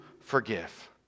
forgive